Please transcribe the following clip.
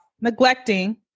neglecting